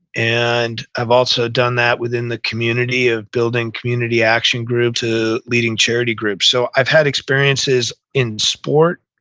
and i've also done that within the community of building community action group to leading charity groups. so i've had experiences in sport,